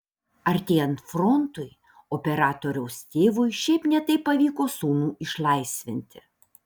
artėjant frontui operatoriaus tėvui šiaip ne taip pavyko sūnų išlaisvinti